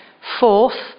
Fourth